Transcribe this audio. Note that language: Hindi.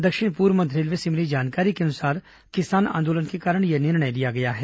दक्षिण पूर्व मध्य रेलवे से मिली जानकारी के अनुसार किसान आन्दोलन के कारण यह निर्णय लिया गया है